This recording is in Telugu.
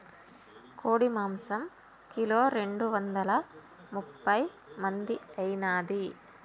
కోడి మాంసం కిలో రెండు వందల ముప్పై మంది ఐనాది